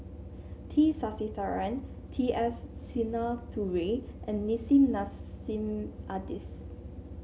T Sasitharan T S Sinnathuray and Nissim Nassim Adis